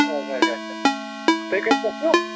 اَچھا اَچھا اَچھا تُہۍ کَتہِ پٮ۪ٹھ چھُو